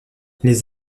les